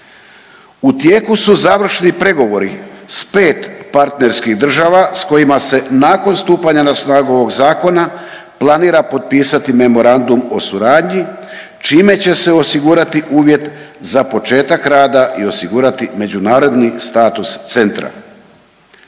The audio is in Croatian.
U tijeku su završni pregovori sa pet partnerskih država sa kojima se nakon stupanja na snagu ovog zakona planira potpisati memorandum o suradnji čime će se osigurati uvjet za početak rada i osigurati međunarodni status centra.